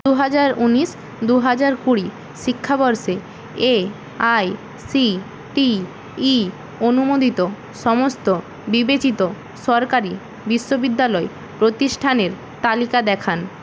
দু হাজার উনিশ দু হাজার কুড়ি শিক্ষাবর্ষে এআইসিটিই অনুমোদিত সমস্ত বিবেচিত সরকারি বিশ্ববিদ্যালয় প্রতিষ্ঠানের তালিকা দেখান